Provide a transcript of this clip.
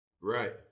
Right